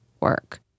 work